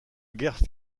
guerre